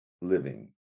living